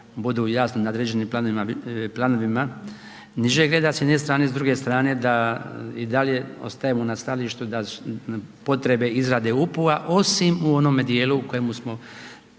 budu jasno nadređeni planovima nižeg reda s jedne strane. S druge strane da i dalje ostajemo na stajalištu potrebe izrade UPU-a osim u onome dijelu u kojemu je